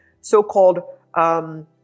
so-called